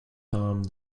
time